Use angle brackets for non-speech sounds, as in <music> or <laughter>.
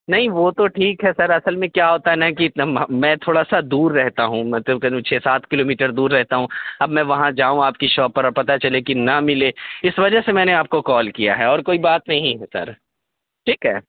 نہیں وہ تو ٹھیک ہے سر اصل میں کیا ہوتا ہے نہ کہ میں تھوڑا سا دور رہتا ہوں مطلب کہ <unintelligible> چھ سات کلو میٹر دور رہتا ہوں اب میں وہاں جاؤں آپ کی شاپ پر اور پتہ چلے کہ نہ ملے اس وجہ سے میں نے آپ کو کال کیا ہے اور کوئی بات نہیں ہے سر ٹھیک ہے